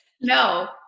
No